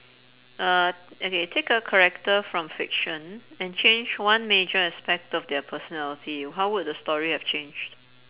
uh okay take a character from fiction and change one major aspect of their personality how will the story have changed